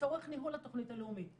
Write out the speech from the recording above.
לצורך ניהול התכנית הלאומית.